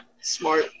Smart